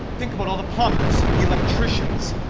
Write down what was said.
think about all the plumbers, the electricians,